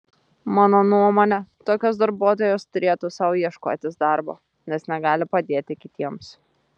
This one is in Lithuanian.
mano nuomone tokios darbuotojos turėtų sau ieškotis darbo nes negali padėti kitiems